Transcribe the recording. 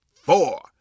four